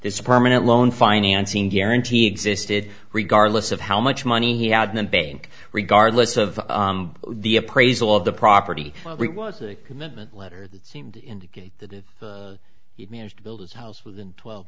this permanent loan financing guarantee existed regardless of how much money he had the bank regardless of the appraisal of the property was a commitment letter that seemed to indicate that if he'd managed to build his house within twelve